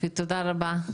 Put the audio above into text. תודה רבה.